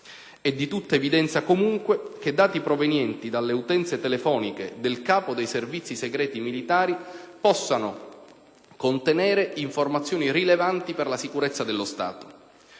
È di tutta evidenza, comunque, che dati provenienti dalle utenze telefoniche del capo dei Servizi segreti militari possano contenere informazioni rilevanti per la sicurezza dello Stato.